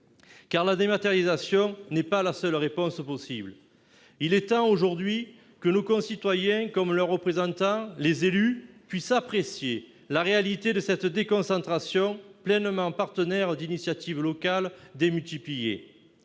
la dématérialisation n'est pas la seule réponse possible. Il est temps aujourd'hui que nos concitoyens comme leurs représentants, les élus, puissent apprécier la réalité de cette déconcentration, pleinement partenaire d'initiatives locales démultipliées.